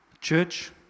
Church